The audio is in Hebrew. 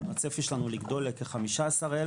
הצפי שלנו לגדול ל-15,000.